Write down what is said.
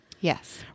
Yes